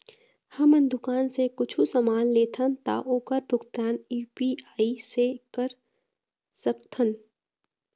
हमन दुकान से कुछू समान लेथन ता ओकर भुगतान यू.पी.आई से कर सकथन?